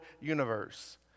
universe